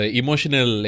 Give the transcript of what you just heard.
emotional